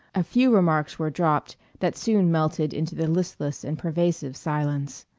a few remarks were dropped that soon melted into the listless and pervasive silence.